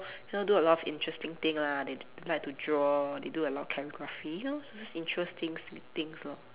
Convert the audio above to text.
so do a lot of interesting thing lah they like to draw they do a lot of calligraphy you know those interesting things lor